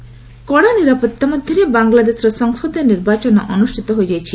Bangladesh polls କଡ଼ା ନିରାପତ୍ତା ମଧ୍ୟରେ ବାଂଲାଦେଶର ସଂସଦୀୟ ନିର୍ବାଚନ ଅନୁଷ୍ଠିତ ହୋଇଯାଇଛି